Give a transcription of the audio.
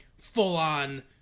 full-on